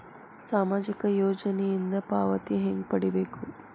ಸಾಮಾಜಿಕ ಯೋಜನಿಯಿಂದ ಪಾವತಿ ಹೆಂಗ್ ಪಡಿಬೇಕು?